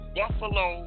buffalo